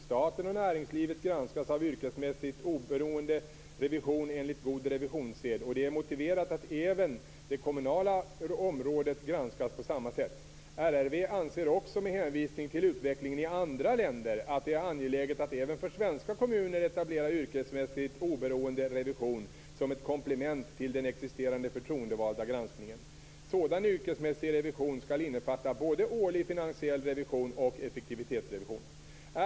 Staten och näringslivet granskas av yrkesmässig oberoende revision enligt god revisionssed och det är motiverat att även det kommunala området granskas på samma sätt. RRV anser också med hänvisning till utvecklingen i andra länder att det är angeläget att även för svenska kommuner etablera yrkesmässig oberoende revision som ett komplement till den existerande förtroendevalda granskningen. Sådan yrkesmässig revision skall innefatta både årlig finansiell revision och effektivitetsrevision.